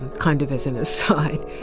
kind of as an aside.